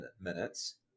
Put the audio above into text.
minutes